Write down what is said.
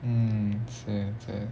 mm சரி சரி:sari sari